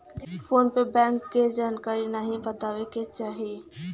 phone पे bank क जानकारी नाहीं बतावे के चाही